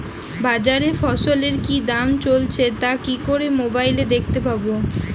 বাজারে ফসলের কি দাম চলছে তা কি করে মোবাইলে দেখতে পাবো?